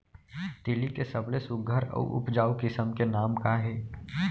तिलि के सबले सुघ्घर अऊ उपजाऊ किसिम के नाम का हे?